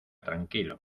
tranquilo